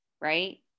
right